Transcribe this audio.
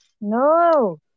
No